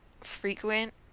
frequent